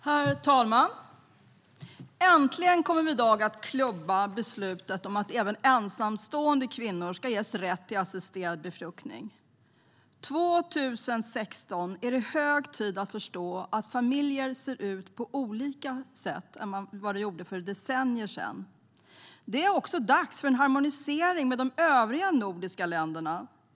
Herr talman! Äntligen kommer vi i dag att klubba beslutet att även ensamstående kvinnor ska ges rätt till assisterad befruktning. År 2016 är det hög tid att förstå att familjer ser ut på andra sätt än för decennier sedan. Det är också dags för en harmonisering med de övriga nordiska länderna.